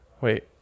Wait